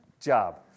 Job